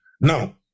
Now